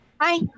Hi